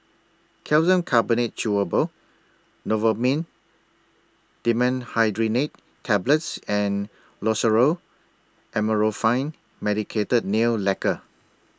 Calcium Carbonate Chewable Novomin Dimenhydrinate Tablets and Loceryl Amorolfine Medicated Nail Lacquer